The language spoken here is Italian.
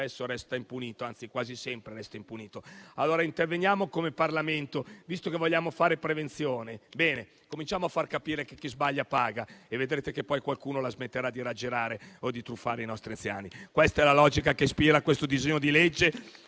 queste truffe spesso, anzi quasi sempre, resta impunito. Allora interveniamo come Parlamento. Visto che vogliamo fare prevenzione, cominciamo a far capire che chi sbaglia paga e vedrete che poi qualcuno la smetterà di raggirare e di truffare i nostri anziani. Questa è la logica che ispira il disegno di legge